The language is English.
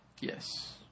Yes